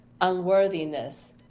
unworthiness